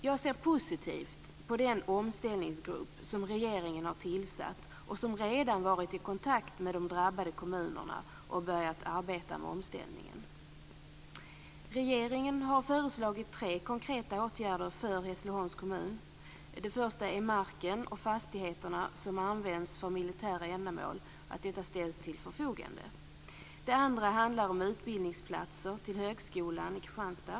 Jag ser positivt på den omställningsgrupp som regeringen har tillsatt och som redan varit i konstakt med de drabbade kommunerna och börjat arbeta med omställningen. Regeringen har föreslagit tre konkreta åtgärder för Hässleholms kommun. Det första är att marken och fastigheterna som används för militära ändamål ställs till förfogande. Det andra handlar om utbildningsplatser till högskolan i Kristianstad.